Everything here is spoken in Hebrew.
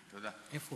תודה, אדוני